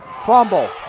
fumble,